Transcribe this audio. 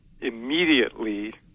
immediately